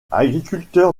agriculteur